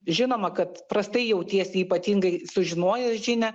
žinoma kad prastai jautiesi ypatingai sužinojęs žinią